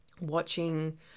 watching